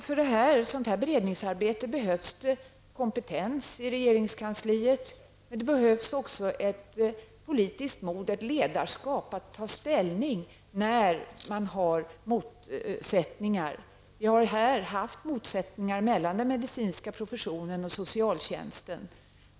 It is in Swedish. För sådant beredningsarbete behövs det kompetens i regeringskansliet, men det behövs också ett politiskt mod, ett ledarskap, att ta ställning när det finns motsättningar. Vi har här haft motsättningar mellan den medicinska professionen och socialtjänsten.